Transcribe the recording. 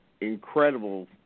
incredible